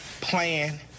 plan